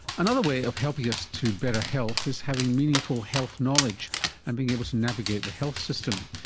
another way of helping us to better health is having meaningful health knowledge and being able to navigate the health system.